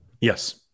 Yes